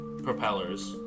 propellers